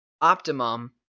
Optimum